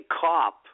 cop